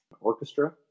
orchestra